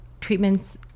treatments